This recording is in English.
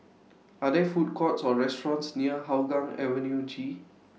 Are There Food Courts Or restaurants near Hougang Avenue G